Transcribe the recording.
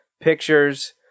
pictures